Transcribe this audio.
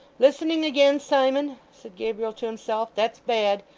listening again, simon said gabriel to himself. that's bad.